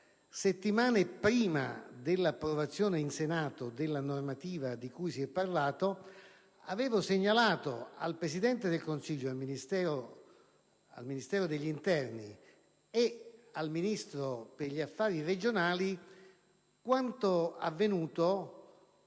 settimane prima dell'approvazione in Senato della normativa di cui si è parlato, avevo segnalato al Presidente del Consiglio, al Ministro dell'interno e al Ministro per gli affari regionali quanto avvenuto